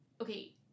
okay